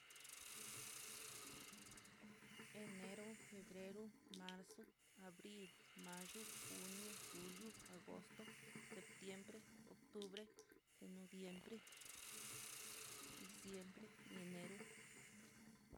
Enero, febrero, marzo, abril, mayo, junio, julio, agosto, septiembre, octubre, te noviembre, diciembre y enero.